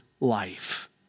life